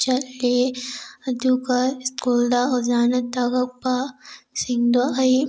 ꯆꯠꯂꯤ ꯑꯗꯨꯒ ꯁ꯭ꯀꯨꯜꯗ ꯑꯣꯖꯥꯅ ꯇꯥꯛꯂꯛꯄꯁꯤꯡꯗꯣ ꯑꯩ